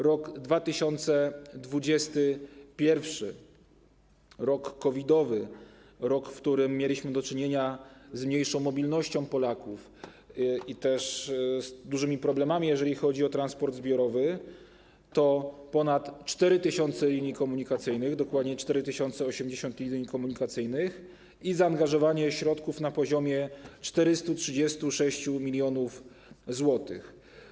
Rok 2021, rok COVID-owy, rok, w którym mieliśmy do czynienia z mniejszą mobilnością Polaków i dużymi problemami, jeżeli chodzi o transport zbiorowy, to ponad 4000 linii komunikacyjnych, dokładnie 4081 linii komunikacyjnych, i zaangażowanie środków na poziomie 436 mln zł.